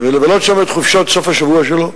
ולבלות שם את חופשות סוף השבוע שלו.